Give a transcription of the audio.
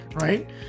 right